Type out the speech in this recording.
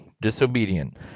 disobedient